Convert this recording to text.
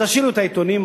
תשאירו את העיתונים,